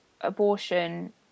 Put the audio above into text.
abortion